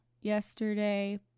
yesterday